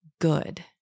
good